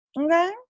Okay